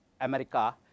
America